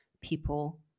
people